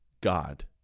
God